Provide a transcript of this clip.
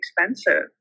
expensive